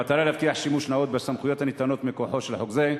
במטרה להבטיח שימוש נאות בסמכויות הניתנות מכוחו של חוק זה,